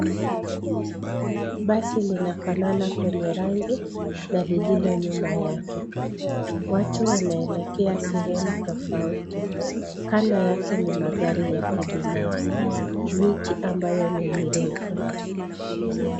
Basi linafanana kwenye rangi na lililo nyuma yake. Watu wanaelekea sehemu tofauti. Kando yake ni magari ya kibinafsi. Miti ambayo ni mirefu.